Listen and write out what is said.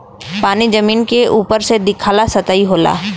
पानी जमीन के उपरे से दिखाला सतही होला